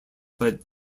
but